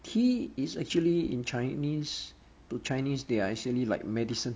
tea is actually in chinese to chinese they are actually like medicine